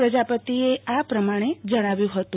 પ્રજાપતિએ આ પ્રમાણે જણાવ્યું હતું